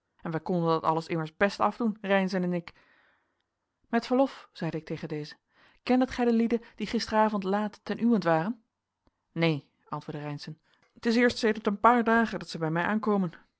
en wij konden dat alles immers best afdoen reynszen en ik met verlof zeide ik tegen dezen kendet gij de lieden die gisteravond laat ten uwent waren neen antwoordde reynszen het is eerst sedert een paar dagen dat zij bij mij aankomen